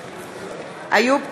בעד איוב קרא,